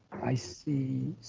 i see?